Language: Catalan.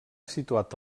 situat